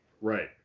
Right